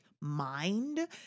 mind